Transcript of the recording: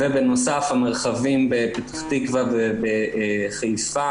זה בנוסף למרחבים בפתח-תקווה ובחיפה,